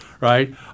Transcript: right